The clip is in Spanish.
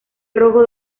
rojo